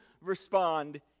respond